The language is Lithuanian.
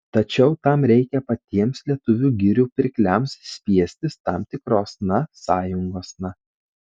tačiau tam reikia patiems lietuvių girių pirkliams spiestis tam tikrosna sąjungosna